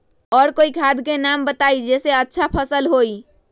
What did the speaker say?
और कोइ खाद के नाम बताई जेसे अच्छा फसल होई?